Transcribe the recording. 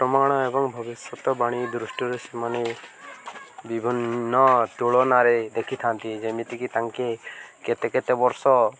ପ୍ରମାଣ ଏବଂ ଭବିଷ୍ୟତ ବାଣୀ ଦୃଷ୍ଟିରୁ ସେମାନେ ବିଭିନ୍ନ ତୁଳନାରେ ଦେଖିଥାନ୍ତି ଯେମିତିକି ତାଙ୍କେ କେତେ କେତେ ବର୍ଷ